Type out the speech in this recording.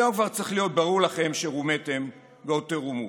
היום כבר צריך להיות ברור לכם שרומיתם ועוד תרומו.